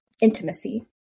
intimacy